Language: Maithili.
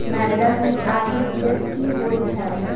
माइडम इ आर.टी.जी.एस की होइ छैय?